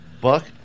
Buck